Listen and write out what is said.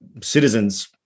citizens